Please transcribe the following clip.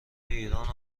ایرانو